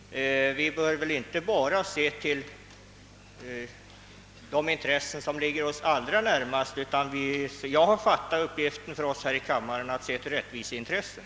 Vi bör alltså inte ta sikte på de intressen som ligger oss allra närmast, utan vår uppgift här i kammaren är att se till rättviseintressena.